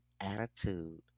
attitude